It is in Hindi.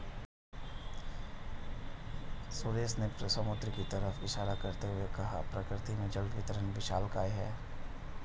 सुरेश ने समुद्र की तरफ इशारा करते हुए कहा प्रकृति में जल वितरण विशालकाय है